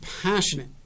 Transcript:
passionate